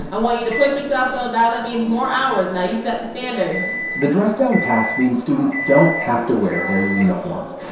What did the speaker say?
i want you to push yourself, though. now that means more hours. now you set the standard the dress-down pass means students don't have to wear their uniforms.